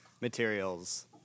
materials